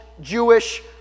Jewish